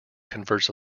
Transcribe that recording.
converts